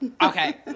Okay